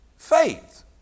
Faith